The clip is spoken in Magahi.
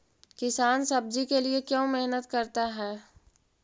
किसान सब्जी के लिए क्यों मेहनत करता है?